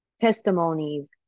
Testimonies